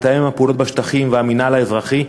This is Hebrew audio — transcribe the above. מתאם הפעולות בשטחים והמינהל האזרחי,